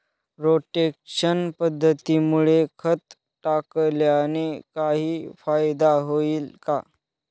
Rotation पद्धतीमुळे खत टाकल्याने काही फायदा होईल का?